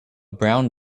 brown